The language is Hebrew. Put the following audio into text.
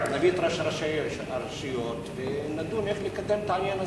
נביא את ראשי הרשויות ונדון איך לקדם את העניין הזה.